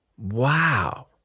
Wow